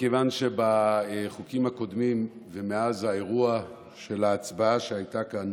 מכיוון שבחוקים הקודמים ומאז האירוע של ההצבעה שהייתה כאן